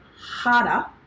harder